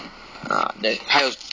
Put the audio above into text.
ah then 还要